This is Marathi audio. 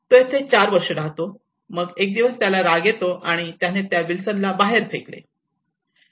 तो येथे 4 वर्षे राहतो मग एक दिवस त्याला राग येतो आणि त्याने त्या विल्सनला बाहेर फेकले